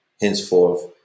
Henceforth